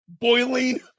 boiling